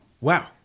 Wow